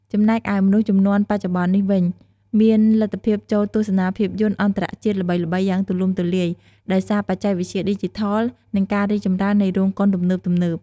ចំណែកឯមនុស្សជំនាន់បច្ចុប្បន្ននេះវិញ មានលទ្ធភាពចូលទស្សនាភាពយន្តអន្តរជាតិល្បីៗយ៉ាងទូលំទូលាយ ដោយសារបច្ចេកវិទ្យាឌីជីថល និងការរីកចម្រើននៃរោងកុនទំនើបៗ។